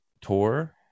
tour